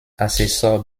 assessor